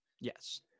Yes